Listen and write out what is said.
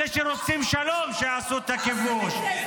אלה שרוצים שלום עשו את הכיבוש,